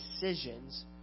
decisions